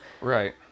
right